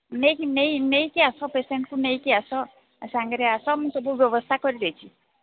ନେଇକି ନେଇ ନେଇକି ଆସ ପେସେଣ୍ଟକୁ ନେଇକି ଆସ ସାଙ୍ଗରେ ଆସ ମୁଁ ସବୁ ବ୍ୟବସ୍ଥା କରିଦେଇଛି